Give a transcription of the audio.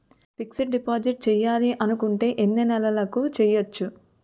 Fixed deposit చేయాలి అనుకుంటే ఎన్నే నెలలకు చేయొచ్చు?